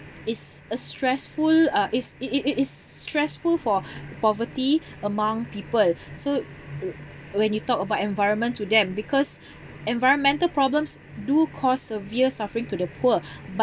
it's a stressful uh it's it it it is stressful for poverty among people so when you talk about environment to them because environmental problems do cause severe suffering to the poor